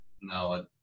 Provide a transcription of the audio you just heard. No